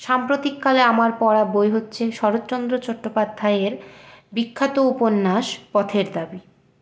সাম্প্রতিক কালে আমার পড়া বই হচ্ছে শরৎচন্দ্র চট্টোপাধ্যায়ের বিখ্যাত উপন্যাস পথের দাবী